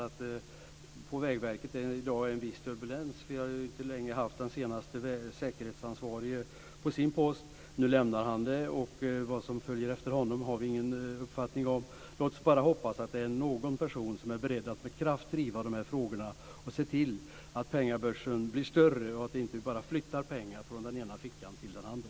Den senaste säkerhetsansvarige där har inte suttit länge på sin post, och nu lämnar han den. Vem som kommer efter honom har vi ingen aning om. Låt oss bara hoppas att det är en person som är beredd att med kraft driva de här frågorna och se till att pengabörsen blir större och att vi inte bara flyttar pengar från den ena fickan till en andra.